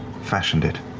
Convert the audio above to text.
fashioned it.